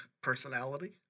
personality